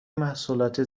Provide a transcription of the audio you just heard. محصولات